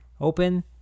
open